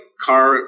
car